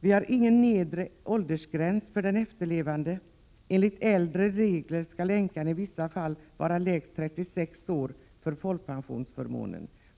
Det finns ingen nedre åldersgräns för den efterlevande. Enligt äldre regler skall änkan i vissa fall vara lägst 36 år